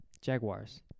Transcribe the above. Jaguars